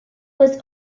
was